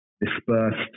dispersed